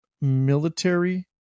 Military